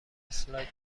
اسلاید